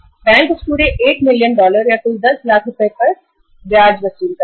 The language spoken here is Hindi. बैंक इस पूरे 10 लाख रुपए पर ब्याज वसूल करेगा